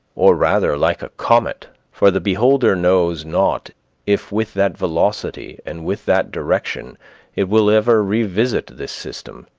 or, rather, like a comet, for the beholder knows not if with that velocity and with that direction it will ever revisit this system,